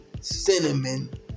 Cinnamon